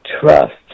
trust